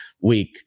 week